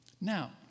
Now